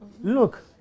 Look